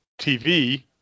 TV